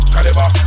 Caliber